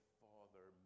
father